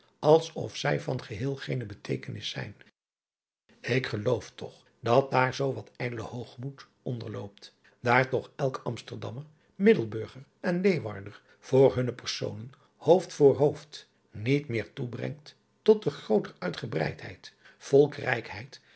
als of zij van geheel geene beteekenis zijn k geloof toch dat daar zoo wat ijdele hoogmoed onder loopt daar toch elk msterdammer iddelburger en eeuwarder voor hunne personen hoofd voor hoofd niet meer toebrengt tot de grooter uitgebreidheid volkrijkheid